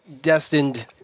destined